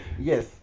yes